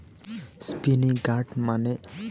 spiny gourd মানে হসে কাঁকরোল যেটি আক পুষ্টিকর সবজি